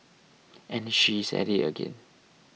and she is at it again